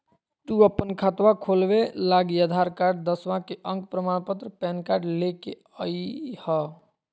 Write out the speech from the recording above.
तू अपन खतवा खोलवे लागी आधार कार्ड, दसवां के अक प्रमाण पत्र, पैन कार्ड ले के अइह